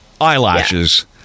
eyelashes